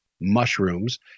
mushrooms